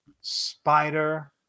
Spider